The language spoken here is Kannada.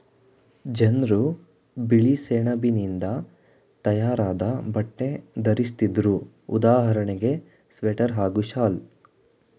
ಜನ್ರು ಬಿಳಿಸೆಣಬಿನಿಂದ ತಯಾರಾದ್ ಬಟ್ಟೆ ಧರಿಸ್ತಿದ್ರು ಉದಾಹರಣೆಗೆ ಸ್ವೆಟರ್ ಹಾಗೂ ಶಾಲ್